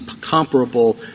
comparable